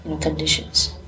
conditions